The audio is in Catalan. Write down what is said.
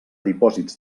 dipòsits